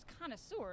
connoisseurs